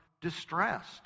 distressed